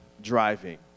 driving